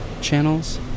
channels